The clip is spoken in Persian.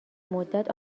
مدت